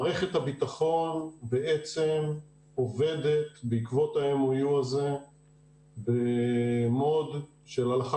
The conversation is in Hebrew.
מערכת הביטחון בעצם עובדת בעקבות ה- MOUהזה במוד שהלכה